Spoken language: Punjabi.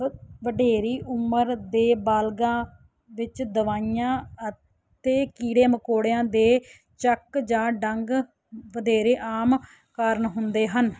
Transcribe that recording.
ਵਡੇਰੀ ਉਮਰ ਦੇ ਬਾਲਗਾਂ ਵਿੱਚ ਦਵਾਈਆਂ ਅਤੇ ਕੀੜੇ ਮਕੌੜਿਆਂ ਦੇ ਚੱਕ ਜਾਂ ਡੰਗ ਵਧੇਰੇ ਆਮ ਕਾਰਨ ਹੁੰਦੇ ਹਨ